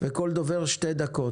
לכל דובר שתי דקות.